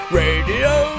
radio